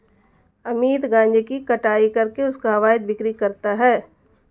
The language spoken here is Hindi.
अमित गांजे की कटाई करके उसका अवैध बिक्री करता है